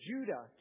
Judah